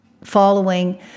following